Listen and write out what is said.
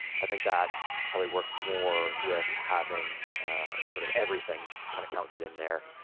i think that probably works more with having sort of everything kind of counted in there.